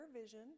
vision